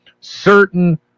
certain